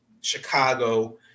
Chicago